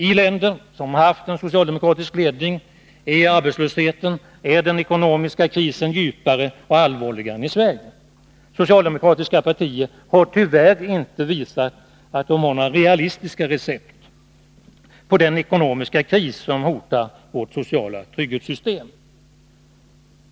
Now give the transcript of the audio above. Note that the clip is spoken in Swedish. I länder som haft en socialdemokratisk ledning är arbetslösheten och den ekonomiska krisen djupare och allvarligare än i Sverige. Socialdemokratiska partier har tyvärr inte visat att de har några realistiska recept mot den ekonomiska kris som hotar vårt sociala trygghetssystem.